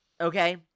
okay